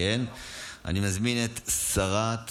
נעבור לסעיף